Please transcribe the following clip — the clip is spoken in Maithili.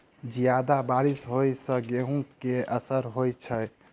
जियादा बारिश होइ सऽ गेंहूँ केँ असर होइ छै?